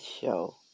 show